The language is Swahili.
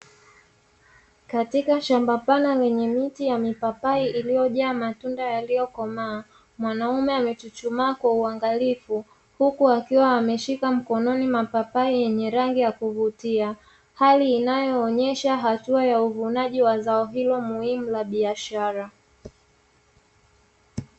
Katika shamba pana lenye miti ya mipapai iliyojaa matunda yaliyokomaa, mwanaume amechuchumaa kwa uangalifu huku akiwa ameshika mkononi mapapai yenye rangi ya kuvutia. Hali inayoonyesha hatua ya uvunaji wa zao hilo muhimu la biashara.